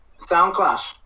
Soundclash